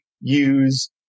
use